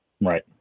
Right